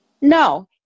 No